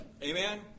Amen